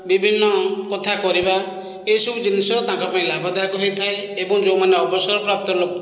ବିଭିନ୍ନ କଥା କରିବା ଏ ସବୁ ଜିନିଷ ତାଙ୍କ ପାଇଁ ଲାଭଦାୟକ ହୋଇଥାଏ ଏବଂ ଯେଉଁ ମାନେ ଅବସର ପ୍ରାପ୍ତ ଲୋକ